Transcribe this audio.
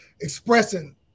expressing